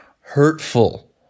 Hurtful